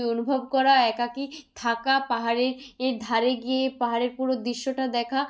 অনুভব করা একাকী থাকা পাহাড়ে এর ধারে গিয়ে পাহাড়ের পুরো দৃশ্যটা দেখা